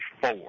four